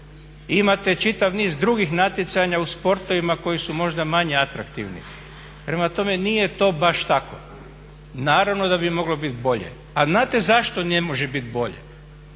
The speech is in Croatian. imate čitav niz drugih natjecanja u sportovima koji su možda manje atraktivni. Prema tome, nije to baš tako. Naravno da bi moglo biti bolje. A znate zašto ne može biti bolje?